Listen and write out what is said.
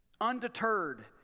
Undeterred